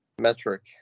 metric